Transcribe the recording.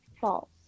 False